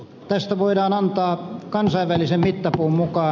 tästä voidaan antaa kansainvälisen mittapuun mukaan